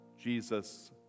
Jesus